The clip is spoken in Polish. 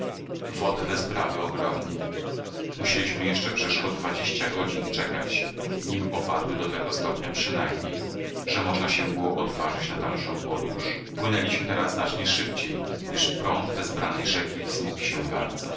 wody wezbrały ogromnie musieliśmy jeszcze przeszło dwadzieścia godzin czekać nim opadły do tego stopnia przynajmniej że można się było odważyć na dalszą podróż płynęliśmy teraz znacznie szybciej gdyż prąd wezbranej rzeki wzmógł się bardzo